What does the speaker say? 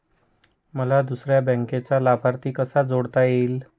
मला दुसऱ्या बँकेचा लाभार्थी कसा जोडता येईल?